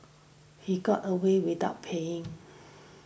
he got away without paying